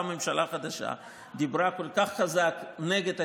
באה ממשלה חדשה ודיברה כל כך חזק נגד התיקון,